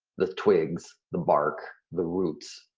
the twigs, the bark, the roots,